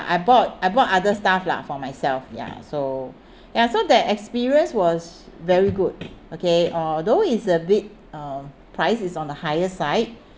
I bought I bought other stuff lah for myself ya so ya so that experience was very good okay although it's a bit uh price is on the higher side